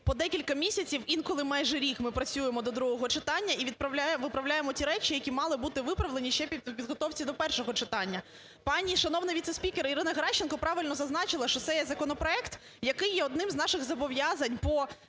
по декілька місяців, інколи майже рік ми працюємо до другого читання і виправляємо ті речі, які мали бути виправлені ще при підготовці до першого читання. Пані шановні віце-спікер Ірина Геращенко правильно зазначила, що це є законопроект, який є одним з наших зобов'язань по